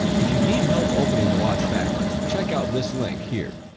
if you need help opening the watch back, check out this link here.